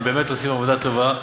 הם באמת עושים עבודה טובה.